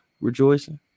rejoicing